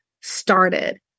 started